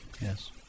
yes